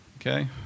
Okay